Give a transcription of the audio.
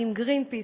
עם "גרינפיס",